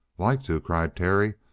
like to? cried terry.